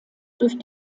durch